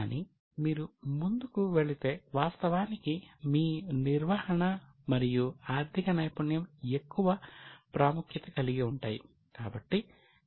కానీ మీరు ముందుకు వెళితే వాస్తవానికి మీ నిర్వహణ మరియు ఆర్థిక నైపుణ్యం ఎక్కువ ప్రాముఖ్యత కలిగి ఉంటాయి